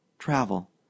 travel